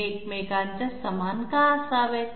हे एकमेकांच्या समान का असावेत